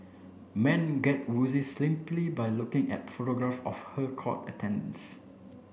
men get woozy simply by looking at photograph of her court attendance